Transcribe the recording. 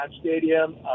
Stadium